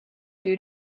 due